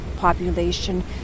population